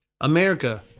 America